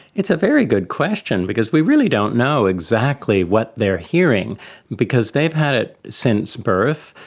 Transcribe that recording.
it's a very good question because we really don't know exactly what they are hearing because they've had it since birth,